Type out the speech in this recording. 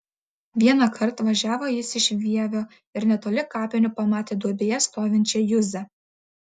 vienąkart važiavo jis iš vievio ir netoli kapinių pamatė duobėje stovinčią juzę